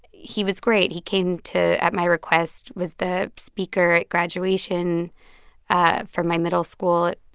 he was great. he came to at my request was the speaker at graduation ah for my middle school,